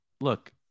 look